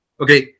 okay